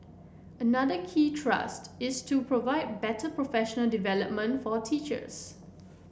another key thrust is to provide better professional development for teachers